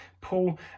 Paul